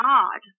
God